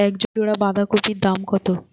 এক জোড়া বাঁধাকপির দাম কত?